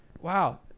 Wow